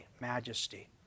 majesty